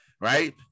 right